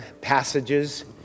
passages